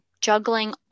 juggling